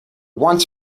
wants